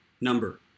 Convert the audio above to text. number